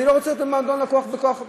אני לא רוצה אותו במועדון הלקוחות בהכרח.